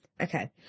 Okay